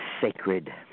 Sacred